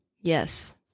yes